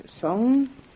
song